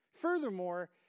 Furthermore